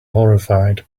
horrified